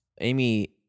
Amy